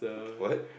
what